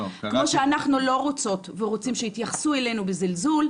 כמו שאנחנו לא רוצים ורוצות שיתייחסו אלינו בזלזול,